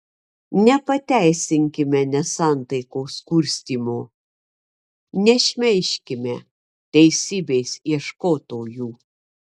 nepateisinkime nesantaikos kurstymo nešmeižkime teisybės ieškotojų